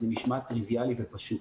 זה נשמע טריוויאלי ופשוט,